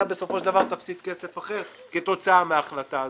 בסופו של דבר תפסיד כסף אחר כתוצאה מההחלטה הזו,